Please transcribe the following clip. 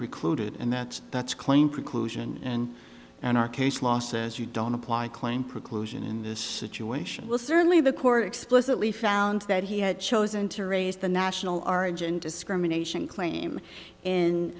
precluded and that that's claim preclusion and in our case law says you don't apply claim preclusion in this situation will certainly the court explicitly found that he had chosen to raise the national origin discrimination claim